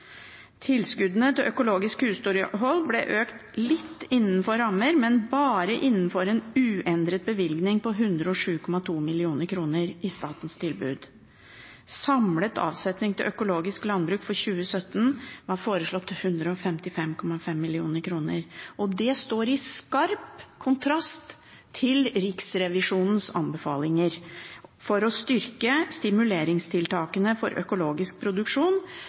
Tilskuddene til økologisk husdyrhold ble økt litt innenfor rammen, men bare innenfor en uendret bevilgning på 107,2 mill. kr i statens tilbud. Samlet avsetning til økologisk landbruk for 2017 var foreslått til 155,5 mill. kr. Det står i skarp kontrast til Riksrevisjonens anbefalinger om å styrke stimuleringstiltakene på økologisk produksjon